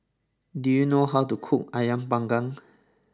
do you know how to cook Ayam Panggang